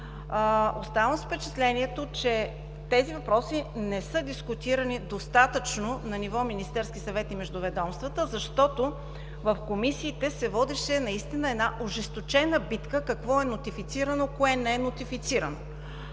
Оставам с впечатлението, че тези въпроси не са дискутирани достатъчно на ниво Министерски съвет и между ведомствата, защото в комисиите се водеше наистина една ожесточена битка какво е нотифицирано, кое не е нотифицирано.